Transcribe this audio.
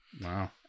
Wow